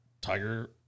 Tiger